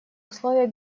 условия